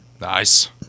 Nice